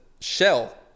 shell